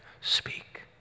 speak